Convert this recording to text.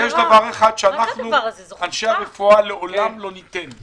יש דבר אחד שאנחנו, אנשי הרפואה, לעולם לא ניתן: